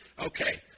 okay